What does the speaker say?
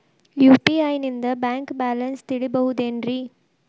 UPI ನಿಂದ bank balance ತಿಳಿಬಹುದೇನ್ರಿ?